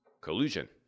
collusion